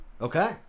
Okay